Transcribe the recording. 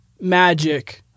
magic